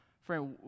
friend